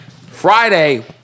Friday